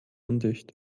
undicht